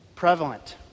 prevalent